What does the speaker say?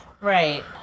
Right